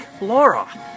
Laura